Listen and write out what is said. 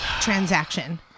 transaction